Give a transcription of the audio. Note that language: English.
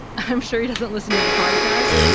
i'm sure he doesn't listen to the podcast,